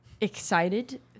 excited